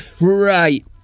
Right